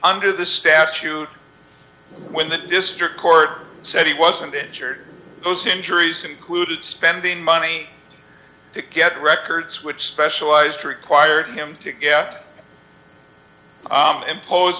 under the statute when the district court said he wasn't injured those injuries included spending money to get records which specialized required him to